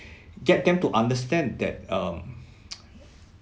get them to understand that um